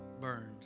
burned